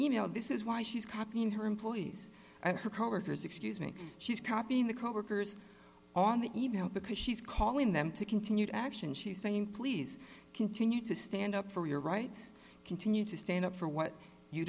email this is why she's copying her employees and her coworkers excuse me she's copying the coworkers on the e mail because she's calling them to continued action she's saying please continue to stand up for your rights continue to stand up for what you